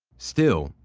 still,